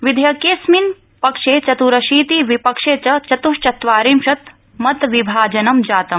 विधेयकेस्मिन् पक्षे चत्रशीति विपक्षे च चत्श्चत्वारिंशत् मतविभाजनं जातम्